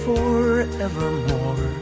Forevermore